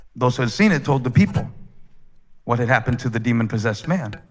those who had seen it told the people what had happened to the demon-possessed men